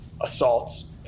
assaults